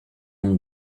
donc